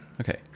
Okay